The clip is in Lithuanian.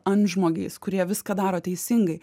antžmogiais kurie viską daro teisingai